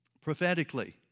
prophetically